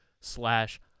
slash